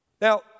Now